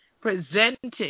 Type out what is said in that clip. presenting